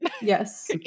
yes